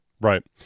Right